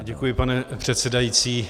Děkuji, pane předsedající.